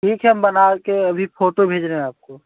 ठीक है हम बना के अभी फोटो भेज रहे हैं आपको